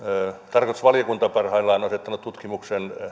tarkastusvaliokunta parhaillaan on asettanut tutkimuksen